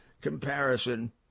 comparison